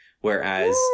whereas-